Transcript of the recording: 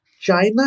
China